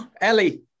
Ellie